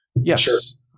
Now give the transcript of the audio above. yes